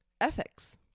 ethics